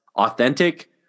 Authentic